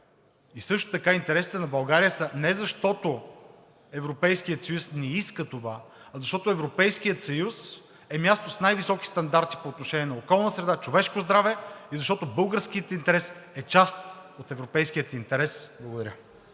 Също така интересите на България са не защото Европейският съюз ни иска това, а защото Европейският съюз е място с най-високи стандарти по отношение на околна среда, човешко здраве и защото българският интерес е част от европейския интерес. Благодаря.